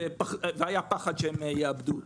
והיה פחד שהן יאבדו אותו.